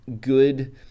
good